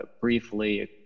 briefly